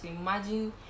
Imagine